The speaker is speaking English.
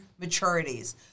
maturities